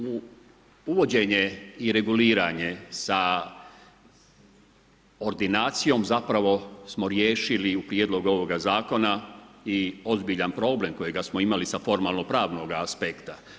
U uvođenje i reguliranje sa ordinacijom zapravo smo riješili u prijedlogu ovoga zakona i ozbiljan problem kojega smo imali sa formalno pravnoga aspekta.